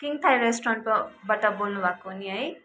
किङथाइ रेस रेस्टुरेन्टकोबाट बेल्नुभएको नि है